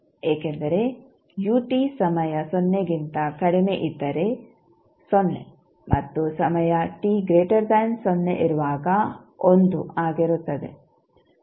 ಏಕೆಂದರೆ u ಸಮಯ ಸೊನ್ನೆಗಿಂತ ಕಡಿಮೆ ಇದ್ದರೆ ಸೊನ್ನೆ ಮತ್ತು ಸಮಯ t 0 ಇರುವಾಗ ಒಂದು ಆಗಿರುತ್ತದೆ